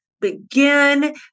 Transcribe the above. begin